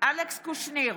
אלכס קושניר,